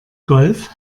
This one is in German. golf